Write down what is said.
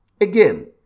again